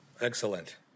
Excellent